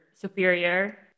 superior